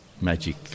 magic